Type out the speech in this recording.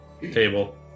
table